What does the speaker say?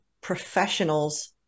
professionals